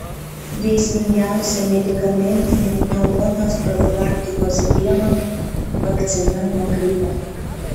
veiksmingiausia medikamentinė pneumonijos profilaktikos priemonė vakcina nuo gripo